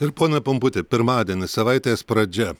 ir pone pumputi pirmadienis savaitės pradžia